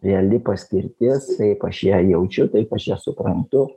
reali paspirtis taip aš ją jaučiu taip aš ją suprantu